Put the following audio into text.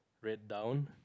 red down